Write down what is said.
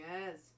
yes